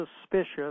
suspicious